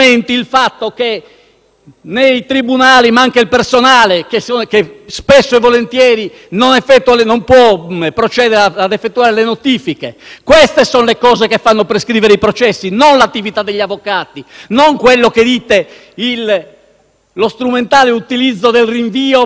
rinviati, perché spesso e volentieri non si può procedere a effettuare le notifiche. Queste sono le cose che fanno prescrivere i processi, non l'attività degli avvocati, non quello che dite a proposito dello strumentale utilizzo del rinvio o dell'appello